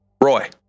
Roy